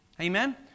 Amen